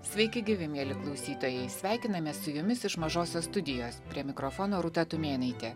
sveiki gyvi mieli klausytojai sveikinamės su jumis iš mažosios studijos prie mikrofono rūta tumėnaitė